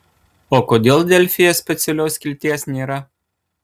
o kodėl delfyje specialios skilties nėra